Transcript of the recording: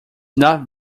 nothing